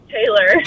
Taylor